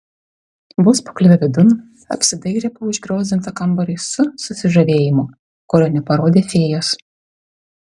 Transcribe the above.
vos pakliuvę vidun apsidairė po užgriozdintą kambarį su susižavėjimu kurio neparodė fėjos